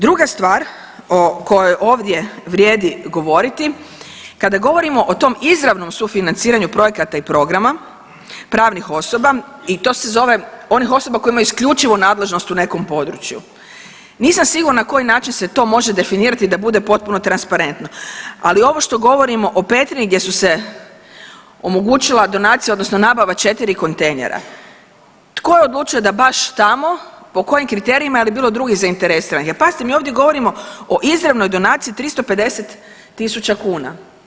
Druga stvar o kojoj ovdje vrijedi govoriti, kada govorimo o tom izravnom sufinanciranju projekata i programa pravnih osoba i to se zove onih osoba koje imaju isključivo nadležnost u nekom području, nisam sigurna na koji način se to može definirati da bude potpuno transparentno, ali ovo što govorimo o Petrinji gdje su se omogućila donacija odnosno nabava četiri kontejnera, tko je odlučio da baš tamo, po kojim kriterijima i je li bilo drugih zainteresiranih, jer pazite mi ovdje govorimo o izravnoj donaciji 350.000 kuna.